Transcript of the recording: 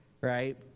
right